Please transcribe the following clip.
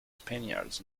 spaniards